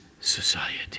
society